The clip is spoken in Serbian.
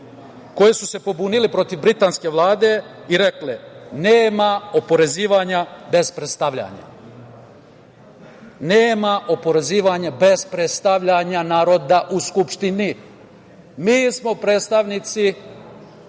koje su se pobunile protiv britanske Vlade i rekle – nema oporezivanja bez predstavljanja. Nema oporezivanja bez predstavljanja naroda u Skupštini. Mi smo predstavnici